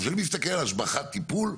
כשאני מסתכל על השבחת טיפול,